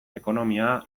ekonomia